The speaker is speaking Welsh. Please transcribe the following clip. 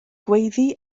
gweiddi